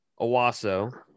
Owasso